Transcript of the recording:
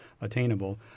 attainable